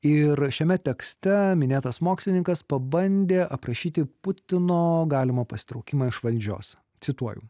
ir šiame tekste minėtas mokslininkas pabandė aprašyti putino galimą pasitraukimą iš valdžios cituoju